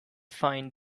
find